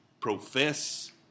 profess